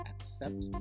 Accept